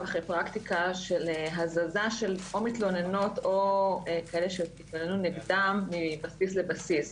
אחר פרקטיקה של הזזה של או מתלוננות או כאלה שהתלוננו נגדם מבסיס לבסיס?